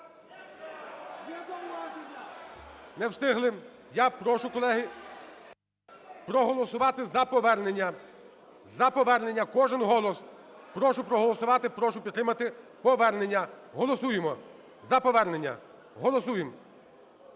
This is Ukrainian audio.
Не встигли. Я прошу, колеги, проголосувати за повернення. За повернення. Кожен голос! Прошу проголосувати. Прошу підтримати повернення. Голосуємо за повернення. Голосуємо.